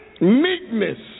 Meekness